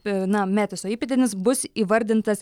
na metiso įpėdinis bus įvardintas